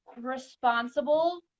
responsible